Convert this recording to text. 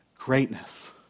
Greatness